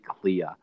clear